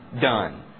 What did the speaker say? done